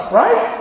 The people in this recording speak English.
right